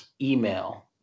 email